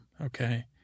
Okay